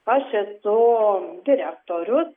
aš esu direktorius